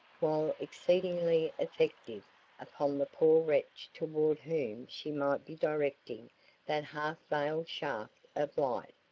while exceedingly effective upon the poor wretch toward whom she might be directing that half-veiled shaft of light,